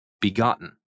begotten